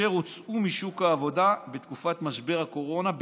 אשר הוצאו משוק העבודה בתקופת משבר הקורונה,